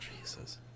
jesus